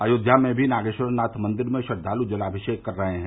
अयोध्या में भी नागेश्वरनाथ मंदिर में श्रद्वालु जलाभिषेक कर रहे हैं